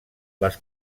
les